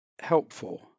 helpful